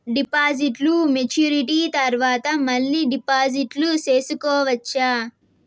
డిపాజిట్లు మెచ్యూరిటీ తర్వాత మళ్ళీ డిపాజిట్లు సేసుకోవచ్చా?